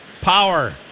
Power